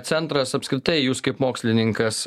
centras apskritai jūs kaip mokslininkas